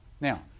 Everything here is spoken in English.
Now